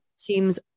Seems